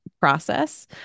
process